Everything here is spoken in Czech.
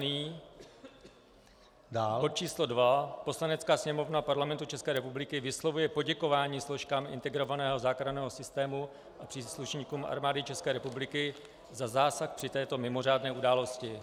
Bod 2. Poslanecká sněmovna Parlamentu České republiky vyslovuje poděkování složkám integrovaného záchranného systému a příslušníkům Armády České republiky za zásah při této mimořádné události.